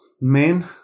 men